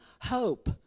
hope